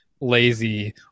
lazy